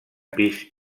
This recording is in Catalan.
pis